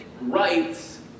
rights